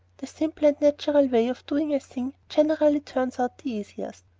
the simple and natural way of doing a thing generally turns out the easiest.